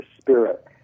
spirit